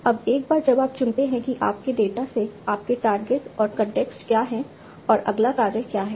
अब एक बार जब आप चुनते हैं कि आपके डेटा से आपके टारगेट और कॉन्टेक्स्ट क्या हैं और अगला कार्य क्या है